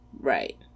Right